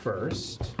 First